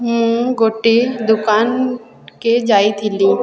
ମୁଁ ଗୋଟିଏ ଦୋକାନକେ ଯାଇଥିଲି